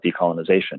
decolonization